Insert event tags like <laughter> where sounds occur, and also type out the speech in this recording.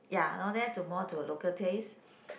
ya all that to more to a local taste <breath>